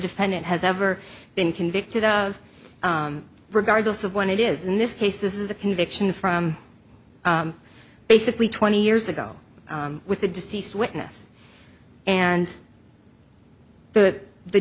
defendant has ever been convicted of regardless of what it is in this case this is a conviction from basically twenty years ago with the deceased witness and the the